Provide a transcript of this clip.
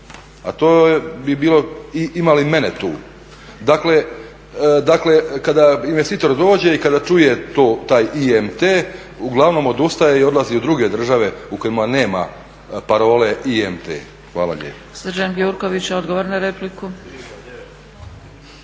a to bi bilo ima li mene tu. Dakle kada investitor dođe i kada čuje taj IMT uglavnom odustaje i odlazi u druge države u kojima nema parole IMT. Hvala lijepo.